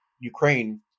Ukraine